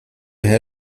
herr